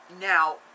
Now